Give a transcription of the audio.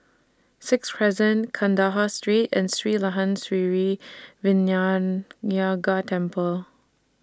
Sixth Crescent Kandahar Street and Sri Layan Sithi Vinayagar Temple